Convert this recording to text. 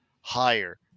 higher